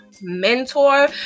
mentor